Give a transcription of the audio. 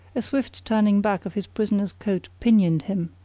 a swift turning back of his prisoner's coat pinioned him,